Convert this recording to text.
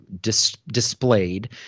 displayed